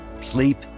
sleep